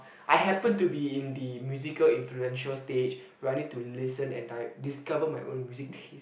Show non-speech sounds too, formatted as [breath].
I happen to be in the musical influential stage where I need to listen and like discover my own music taste [breath]